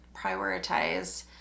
Prioritize